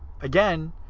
again